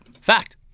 Fact